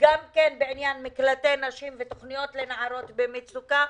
גם כן בעניין מקלטי נשים ותוכניות לנערות במצוקה.